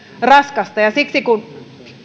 raskasta ja siksi kun me neuvottelimme